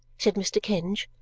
said mr. kenge,